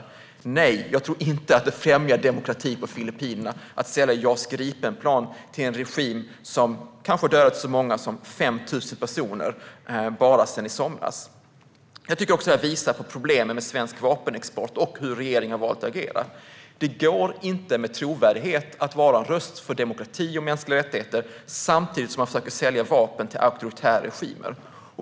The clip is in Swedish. Och nej, jag tror inte att det främjar demokratin på Filippinerna att vi säljer JAS Gripen-plan till en regim som har dödat så många som kanske 5 000 personer bara sedan i somras. Detta visar på problemen med svensk vapenexport och hur regeringen har valt att agera. Det går inte att med trovärdighet vara en röst för demokrati och mänskliga rättigheter samtidigt som man försöker sälja vapen till auktoritära regimer.